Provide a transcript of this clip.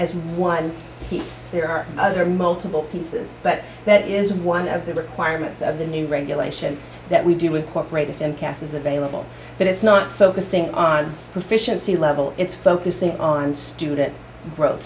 as one key there are other multiple pieces but that is one of the requirements of the new regulation that we deal with cooperate and cas is available but it's not focusing on proficiency level it's focusing on student gro